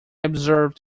observed